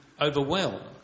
overwhelmed